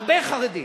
הרבה חרדים.